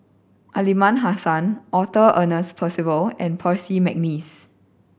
Aliman Hassan Arthur Ernest Percival and Percy McNeice